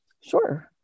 sure